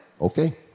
okay